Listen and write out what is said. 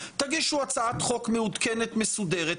תגישו הצעת חוק מעודכנת ומסודרת,